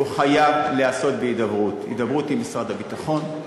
הוא חייב להיעשות בהידברות: הידברות עם משרד הביטחון,